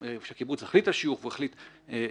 כשקיבוץ החליט על שיוך וחבר החליט לבנות,